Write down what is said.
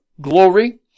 glory